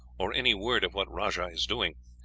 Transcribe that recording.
or any word of what rajah is doing.